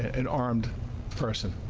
an armed person.